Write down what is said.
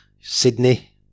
Sydney